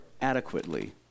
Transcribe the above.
adequately